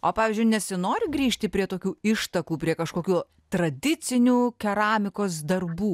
o pavyzdžiui nesinori grįžti prie tokių ištakų prie kažkokių tradicinių keramikos darbų